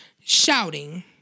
Shouting